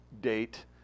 date